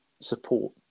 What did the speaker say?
support